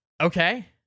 Okay